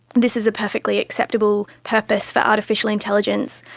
this is a perfectly acceptable purpose for artificial intelligence.